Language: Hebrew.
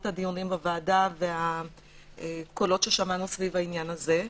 הדיונים בוועדה והקולות ששמענו סביב העניין הזה.